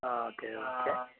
okay okay